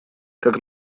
как